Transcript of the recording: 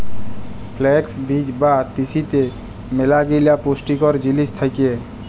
flakes বীজ বা তিসিতে ম্যালাগিলা পুষ্টিকর জিলিস থ্যাকে